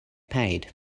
paid